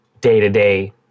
day-to-day